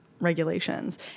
Regulations